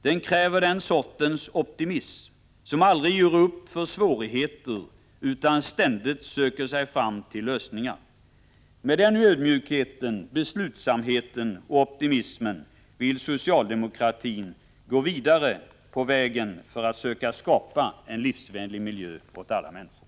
Den kräver den sortens optimism som aldrig ger upp för svårigheter utan ständigt söker sig fram till lösningar. Med den ödmjukheten, beslutsamheten och optimismen vill socialdemokratin gå vidare på vägen för att söka skapa en livsvänlig miljö åt alla människor.